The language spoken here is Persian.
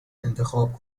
انتخاب